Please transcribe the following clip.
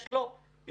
יש לו יתרון.